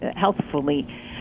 healthfully